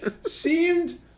Seemed